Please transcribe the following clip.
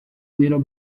little